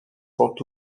sont